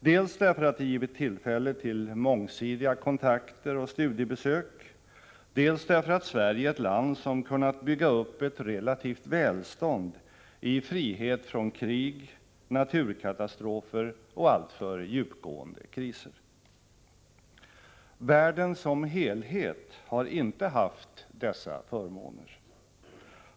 Dels därför att det givit tillfälle till mångsidiga kontakter och studiebesök, dels därför att Sverige är ett land som kunnat bygga upp ett relativt välstånd i frihet från krig, naturkatastrofer och alltför djupgående kriser. Världen som helhet har inte haft dessa förmåner.